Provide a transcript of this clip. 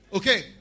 Okay